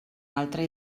altre